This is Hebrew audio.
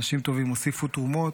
אנשים טובים הוסיפו תרומות,